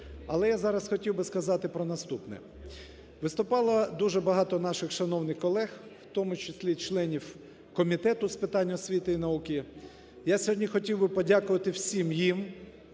Але я зараз хотів би сказати про наступне. Виступало дуже багато наших шановних колег, в тому числі членів Комітету з питань освіти і науки. Я сьогодні хотів би подякувати всім їм